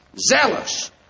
zealous